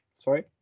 sorry